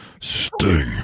Sting